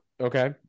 Okay